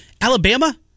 Alabama